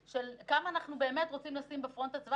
כמה אנחנו באמת רוצים לשים את הצבא בפרונט.